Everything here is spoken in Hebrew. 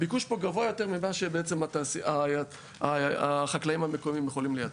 הביקוש פה גבוה יותר ממה שהחקלאים המקומיים יכולים לייצר.